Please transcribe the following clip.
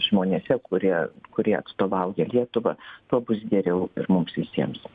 žmonėse kurie kurie atstovauja lietuvą tuo bus geriau ir mums visiems